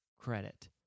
credit